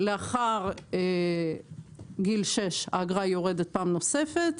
לאחר גיל שש, האגרה יורדת פעם נוספת.